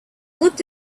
looked